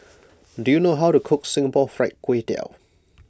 do you know how to cook Singapore Fried Kway Tiao